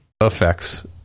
affects